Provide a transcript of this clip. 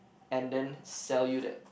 and then sell you that